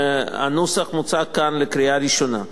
הנוסח מוצע כאן לקריאה ראשונה.